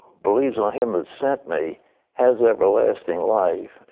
believes on him who sent me has everlasting life.